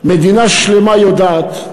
מדינה שלמה יודעת: